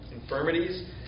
infirmities